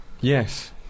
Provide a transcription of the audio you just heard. Yes